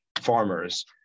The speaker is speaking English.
farmers